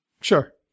Sure